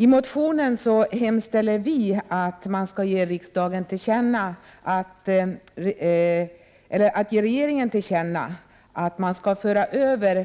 I motionen hemställer vi att riksdagen som sin mening ger regeringen till känna att